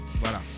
Voilà